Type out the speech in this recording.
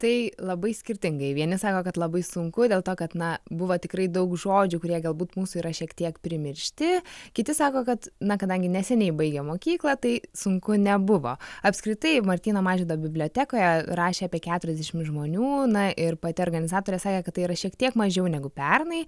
tai labai skirtingai vieni sako kad labai sunku dėl to kad na buvo tikrai daug žodžių kurie galbūt mūsų yra šiek tiek primiršti kiti sako kad na kadangi neseniai baigė mokyklą tai sunku nebuvo apskritai martyno mažvydo bibliotekoje rašė apie keturiasdešimt žmonių na ir pati organizatorė sakė kad tai yra šiek tiek mažiau negu pernai